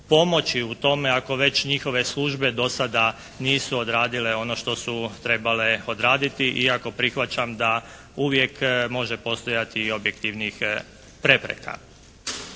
u tome ako već njihove službe do sada nisu odradile ono što su trebale odraditi iako prihvaćam da uvijek može postojati i objektivnijih prepreka.